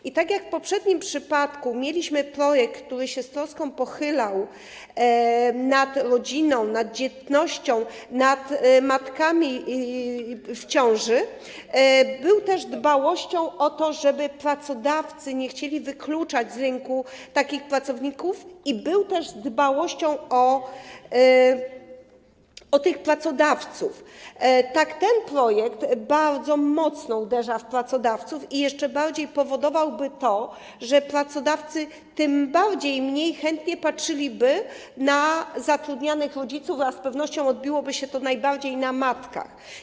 I tak jak w poprzednim przypadku mieliśmy projekt, który się z troską pochylał nad rodziną, nad dzietnością, nad matkami w ciąży, był też wyrazem dbałości o to, żeby pracodawcy nie chcieli wykluczać z rynku takich pracowników, był również wyrazem dbałości o tych pracodawców, tak ten projekt bardzo mocno uderza w pracodawców i jeszcze bardziej powodowałby, że pracodawcy jeszcze mniej chętnie patrzyliby na zatrudnianych rodziców, a z pewnością odbiłoby się to najbardziej na matkach.